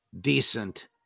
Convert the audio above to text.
decent